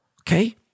okay